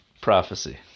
prophecy